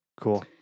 Cool